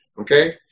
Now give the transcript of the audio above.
okay